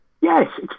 Yes